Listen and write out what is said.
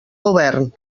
govern